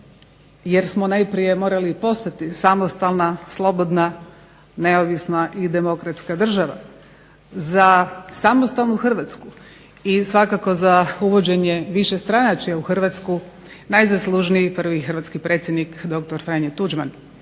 jer smo najprije morali postati samostalna, slobodna, neovisna i demokratska država, za samostalnu Hrvatsku i svakako za uvođenje višestranačja u Hrvatsku najzaslužniji prvi hrvatski predsjednik dr. Franjo Tuđman.